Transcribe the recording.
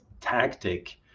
tactic